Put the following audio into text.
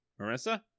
Marissa